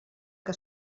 que